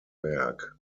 werk